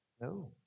No